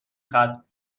ختم